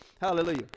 Hallelujah